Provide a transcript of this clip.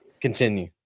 continue